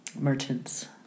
merchants